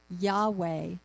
Yahweh